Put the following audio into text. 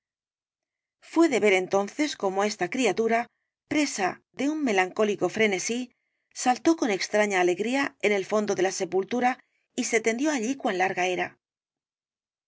de ver entonces cómo esta criatura presa de un melancólico frenesí saltó con extraña alegría en el fondo de la sepultura y se tendió allí cuan larga era